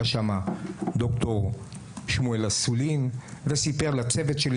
היה שם ד"ר שמואל אסולין וסיפר לצוות שלי